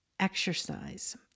exercise